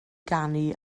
ganu